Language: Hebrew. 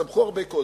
הן צמחו הרבה קודם,